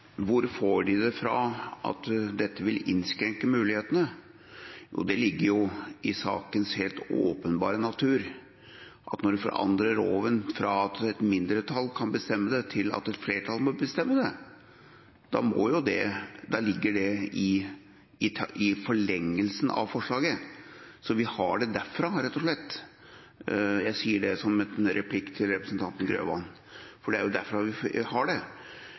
Hvor får de det fra at dette vil innskrenke mulighetene? Jo, det ligger i sakens helt åpenbare natur, at når man forandrer loven fra at et mindretall kan bestemme det, til at et flertall kan bestemme det – da ligger det i forlengelsen av forslaget. Så vi har det derfra, rett og slett. Jeg sier det som en replikk til representanten Grøvan. Det er derfra vi har det.